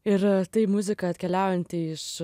ir tai muzika atkeliaujanti iš